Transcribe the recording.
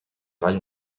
rails